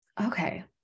okay